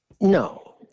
No